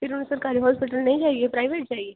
फिर सरकारी हॉस्पिटल नेईं जाइयै प्राईवेट जाइयै